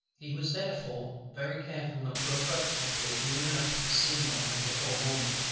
he was therefore very careful not to approach their fleet near enough to be seen by them before morning.